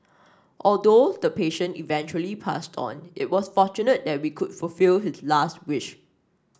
although the patient eventually passed on it was fortunate that we could fulfil his last wish